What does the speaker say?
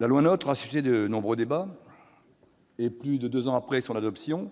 la loi NOTRe a suscité de nombreux débats. Plus de deux ans après son adoption,